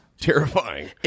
terrifying